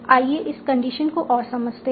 आइए इस कंडीशन को और समझते हैं